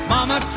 Mama